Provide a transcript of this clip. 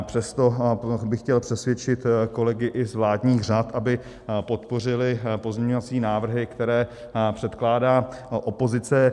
Přesto bych chtěl přesvědčit kolegy i z vládních řad, aby podpořili pozměňovací návrhy, které předkládá opozice.